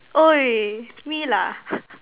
!oi! me lah